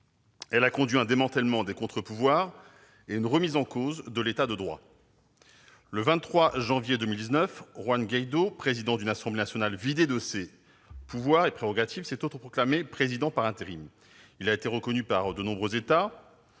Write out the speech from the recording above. Elle a conduit à un démantèlement des contre-pouvoirs et à une remise en cause de l'État de droit. Le 23 janvier 2019, Juan Guaidó, président d'une Assemblée nationale vidée de ses pouvoirs et prérogatives, s'est autoproclamé président par intérim. Il a été reconnu par de nombreux États-